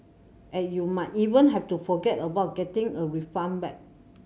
and you might even have to forget about getting a refund back